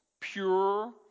pure